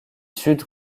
sud